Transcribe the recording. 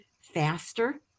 faster